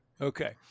Okay